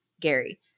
Gary